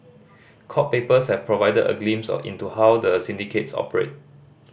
court papers have provided a glimpse into how the syndicates operate